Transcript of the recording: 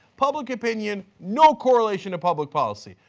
public opinion, no correlation to public policy.